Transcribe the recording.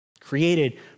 created